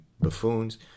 buffoons